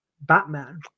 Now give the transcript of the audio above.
Batman